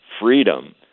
freedom